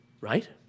Right